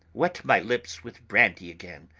wet my lips with brandy again.